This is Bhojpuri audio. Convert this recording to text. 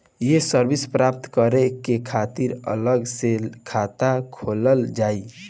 ये सर्विस प्राप्त करे के खातिर अलग से खाता खोलल जाइ?